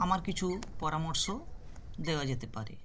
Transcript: আমার কিছু পরামর্শ দেওয়া যেতে পারে